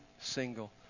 single